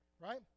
right